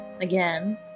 Again